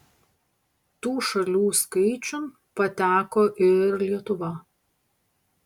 tų šalių skaičiun pateko ir lietuva